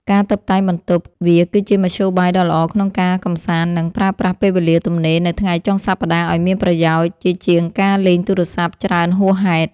ការតុបតែងបន្ទប់ វាគឺជាមធ្យោបាយដ៏ល្អក្នុងការកម្សាន្ត និងប្រើប្រាស់ពេលវេលាទំនេរនៅថ្ងៃចុងសប្ដាហ៍ឱ្យមានប្រយោជន៍ ជាជាងការលេងទូរស័ព្ទច្រើនហួសហេតុ។